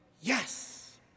Yes